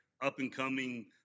up-and-coming